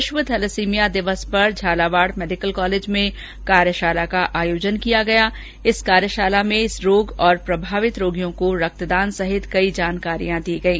विश्व थैलेसीमिया दिवस पर झालावाड़ मेडिकल कॉलेज में कार्यशाला का आयोजन किया गया जिसमें इस रोग और प्रभावित रोगियों को रक्तदान सहित कई जानकारियां दी गई